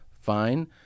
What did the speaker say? fine